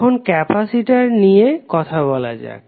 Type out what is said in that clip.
এখন ক্যাপাসিটর নিয়ে কথা বলা যাক